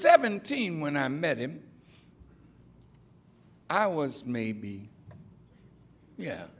seventeen when i met him i was maybe yeah